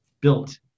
built